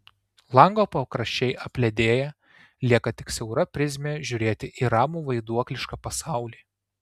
lango pakraščiai apledėja lieka tik siaura prizmė žiūrėti į ramų vaiduoklišką pasaulį